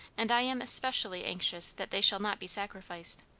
and i am especially anxious that they shall not be sacrificed.